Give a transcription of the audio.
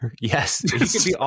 yes